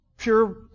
pure